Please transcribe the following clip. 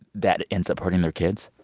that ends up hurting their kids?